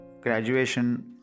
graduation